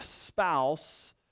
spouse